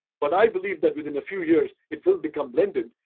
but i believe that within a few years, it will become blended.